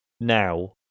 now